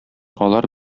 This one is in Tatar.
алар